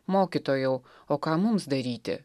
mokytojau o ką mums daryti